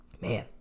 man